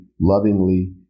lovingly